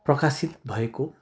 प्रकाशित भएको